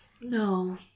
No